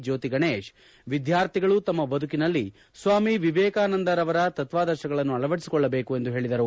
ಜ್ಯೋತಿಗಣೇಶ್ ವಿದ್ಯಾರ್ಥಿಗಳು ತಮ್ಮ ಬದುಕಿನಲ್ಲಿ ಸ್ವಾಮಿ ವಿವೇಕಾನಂದ ಅವರ ತತ್ವಾದರ್ಶಗಳನ್ನು ಅಳವಡಿಸಿಕೊಳ್ಳಬೇಕು ಎಂದು ತಿಳಿಸಿದರು